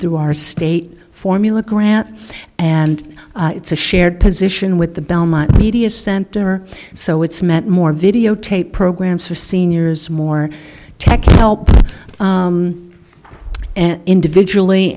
through our state formula grant and it's a shared position with the belmont media center so it's meant more videotape programs for seniors more tech help individually